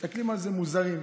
מסתכלים עליהם כמוזרים.